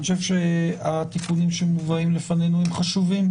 אני חושב שהתיקונים שמובאים לפנינו הם חשובים.